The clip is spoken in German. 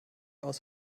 aus